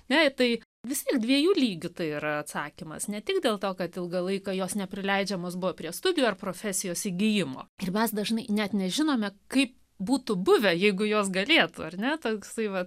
jei tai vis ir dviejų lygių tai yra atsakymas ne tik dėl to kad ilgą laiką jos neprileidžiamos buvo prie studijų ar profesijos įgijimo ir mes dažnai net nežinome kaip būtų buvę jeigu jos galėtų ar ne toks laivas